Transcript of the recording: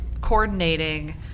coordinating